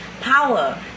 power